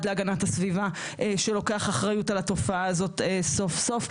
להגנת הסביבה שלוקח אחריות על התופעה הזאת סוף סוף.